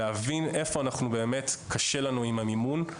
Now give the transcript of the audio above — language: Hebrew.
להבין איפה באמת קשה לנו עם המימון.